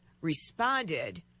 responded